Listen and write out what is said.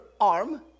arm